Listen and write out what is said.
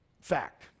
Fact